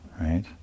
right